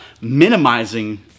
minimizing